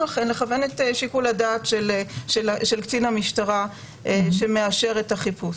לכן לכוון את שיקול הדעת של קצין המשטרה שמאשר את החיפוש.